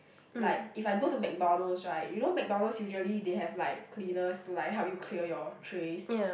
like if I go to McDonald's right you know McDonald's usually they have like cleaners to like help you clear your trays